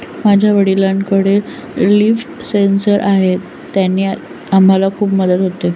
माझ्या वडिलांकडे leaf sensor आहे त्याची आम्हाला खूप मदत होते